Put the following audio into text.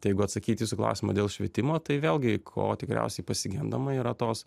tai jeigu atsakyt į jūsų klausimą dėl švietimo tai vėlgi ko tikriausiai pasigendama yra tos